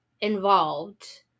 involved